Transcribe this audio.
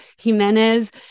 Jimenez